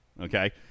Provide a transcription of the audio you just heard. Okay